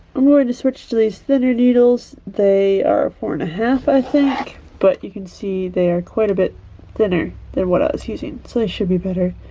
i'm going to switch to these thinner needles they are four and a half i think but you can see they are quite a bit thinner than what i was using so they should be better.